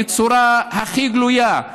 בצורה הכי גלויה,